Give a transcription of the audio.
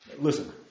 Listen